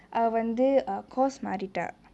அவ வந்து:ava vanthu course மாரிட்டா:maaritaa